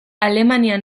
alemania